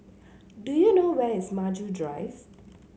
do you know where is Maju Drive